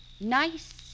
Nice